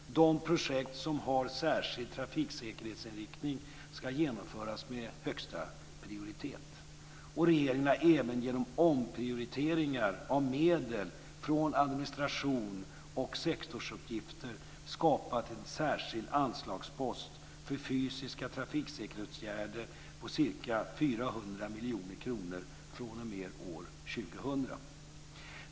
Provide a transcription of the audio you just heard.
De projekt som har särskild trafiksäkerhetsinriktning ska genomföras med högsta prioritet. Regeringen har även genom omprioriteringar av medel från administration och sektorsuppgifter skapat en särskild anslagspost för fysiska trafiksäkerhetsåtgärder på ca 400 miljoner kronor fr.o.m. år 2000.